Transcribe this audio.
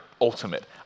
ultimate